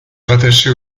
rattachée